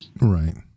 Right